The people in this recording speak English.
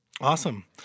Awesome